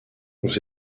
vous